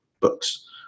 books